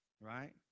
Right